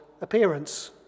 appearance